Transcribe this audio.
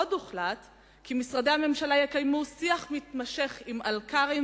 עוד הוחלט כי משרדי הממשלה יקיימו שיח מתמשך עם אלכ"רים,